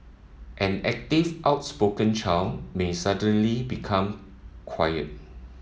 an active outspoken child may suddenly become quiet